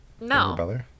No